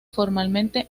formalmente